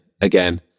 again